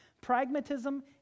pragmatism